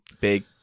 big